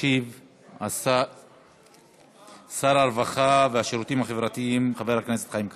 ישיב שר הרווחה והשירותים החברתיים חבר הכנסת חיים כץ.